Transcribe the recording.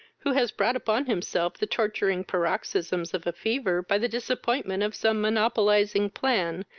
who has brought upon himself the torturing paroxysms of a fever by the disappointment of some monopolizing plan,